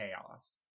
chaos